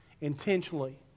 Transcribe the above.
intentionally